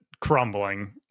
crumbling